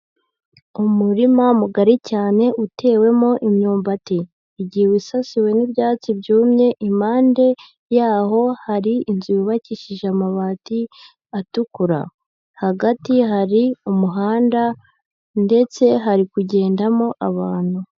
Umurima mugari cyane utewemo imyumbati igiye isasiwe n'ibyatsi byumye, impande yaho hari inzu yubakishije amabati atukura, hagati hari umuhanda ndetse hari kugendamo abantu.